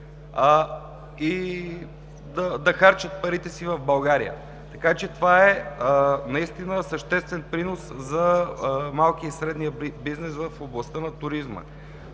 и да харчат парите си в България. Така че това е съществен принос за малкия и средния бизнес в областта на туризма.